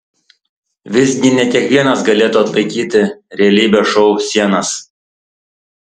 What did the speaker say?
visgi ne kiekvienas galėtų atlaikyti realybės šou sienas